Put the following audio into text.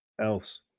else